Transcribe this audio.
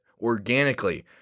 organically